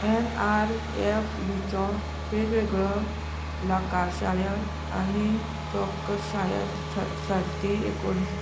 N R F युचो वेगवेगळो लकाशाय आनी चॉकशाय सर्ती एकोण